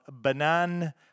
Banan